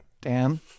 Dan